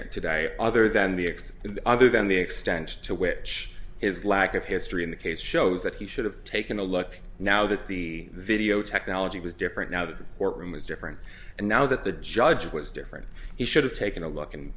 it today other than the ex and other than the extent to which his lack of history in the case shows that he should have taken a look now that the video technology was different now that the courtroom is different and now that the judge was different he should have taken a look and